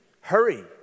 hurry